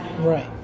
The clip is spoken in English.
right